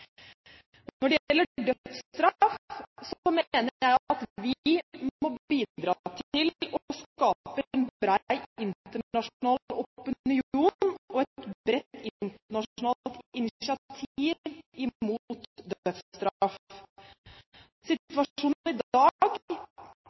Når det gjelder dødsstraff, mener jeg at vi må bidra til å skape en bred internasjonal opinion og et bredt internasjonalt initiativ mot dødsstraff. Situasjonen i dag i henhold til den sentrale folkeretten er at